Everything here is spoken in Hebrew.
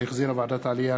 שהחזירה ועדת העלייה,